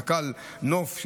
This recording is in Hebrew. רכ"ל נופית,